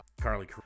Carly